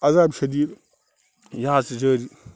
عذابہِ شدیٖد یہِ حظ چھِ جٲری